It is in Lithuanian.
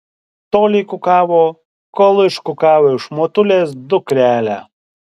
tolei kukavo kol iškukavo iš motulės dukrelę